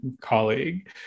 colleague